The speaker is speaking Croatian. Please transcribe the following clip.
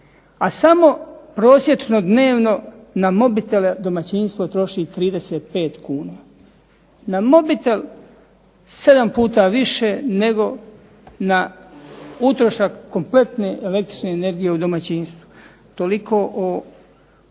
A samo prosječno dnevno na mobitele domaćinstvo troši 35 kuna. Na mobitel sedam puta više nego na utrošak kompletne električne energije u domaćinstvu. Toliko o